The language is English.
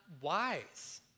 wise